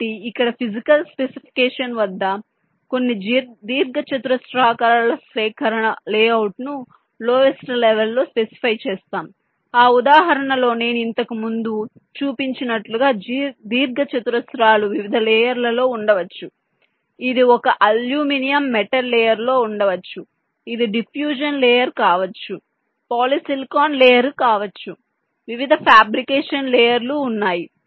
కాబట్టి ఇక్కడ physical specification వద్ద కొన్ని దీర్ఘచతురస్రాల సేకరణగా లేఅవుట్ను లోవెస్ట్ లెవెల్ లో స్పెసిఫై చేస్తాం ఆ ఉదాహరణలో నేను ఇంతకు ముందు చూపించినట్లుగా దీర్ఘచతురస్రాలు వివిధ లేయర్ లలో ఉండవచ్చు ఇది ఒక అల్యూమినియం మెటల్ లేయర్ లో ఉండవచ్చు ఇది డిఫ్యూషన్ లేయర్ కావచ్చు పాలిసిలికాన్ లేయర్ కావచ్చు వివిధ ఫాబ్రికేషన్ లేయర్ లు ఉన్నాయి